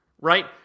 right